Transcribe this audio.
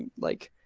like,